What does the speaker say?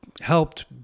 helped